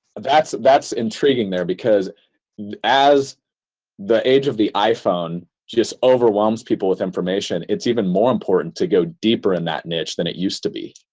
that's that's intriguing there because as the age of the iphone just overwhelms people with information, it's even more important to go deeper in that niche than it used to be.